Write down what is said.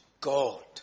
God